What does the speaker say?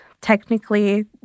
technically